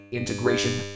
integration